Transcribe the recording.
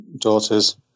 daughters